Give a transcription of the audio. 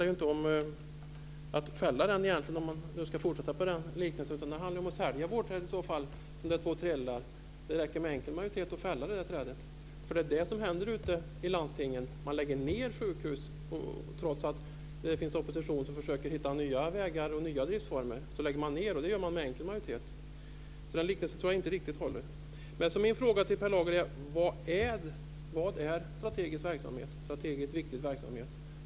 Om jag ska fortsätta med den liknelsen handlar det ju inte om att fälla trädet, utan det handlar i så fall om att sälja vårdträdet, och då krävs det två tredjedels majoritet. Men det räcker med enkel majoritet för att fälla trädet. Det är det som händer ute i landstingen. Man lägger ned sjukhus trots att det finns opposition som försöker att hitta nya vägar och nya driftsformer. I stället lägger man ned verksamheter, och då räcker det med enkel majoritet. Så den liknelsen håller inte riktigt. Min fråga till Per Lager är: Vad är strategiskt viktig verksamhet?